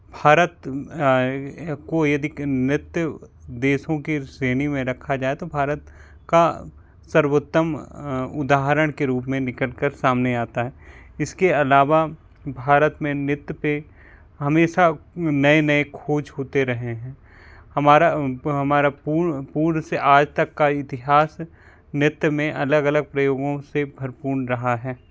भारत को यदि नृत्य देशों के श्रेणी में रखा जाए तो भारत का सर्वोत्तम उदाहरण के रूप में निकलकर सामने आता है इसके अलावा भारत में नृत्य पर हमेशा नए नए खोज होते रहे हैं हमारा हमारा पूर्व से आज तक का इतिहास नृत्य में अलग अलग प्रयोगों से भरपूर रहा है